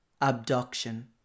Abduction